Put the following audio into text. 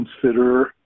consider